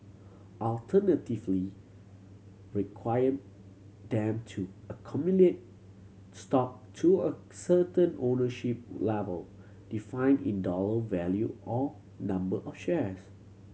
alternatively require them to accumulate stock to a certain ownership level defined in dollar value or number of shares